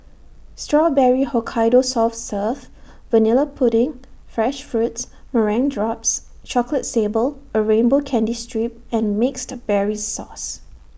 Strawberry Hokkaido soft serve Vanilla pudding fresh fruits meringue drops chocolate sable A rainbow candy strip and mixed berries sauce